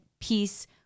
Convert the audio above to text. peace